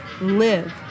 Live